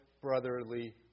brotherly